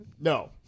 No